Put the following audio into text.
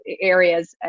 areas